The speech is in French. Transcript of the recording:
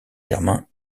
germain